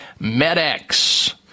MedX